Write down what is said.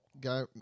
guy